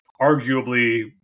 arguably